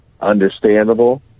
understandable